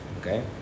okay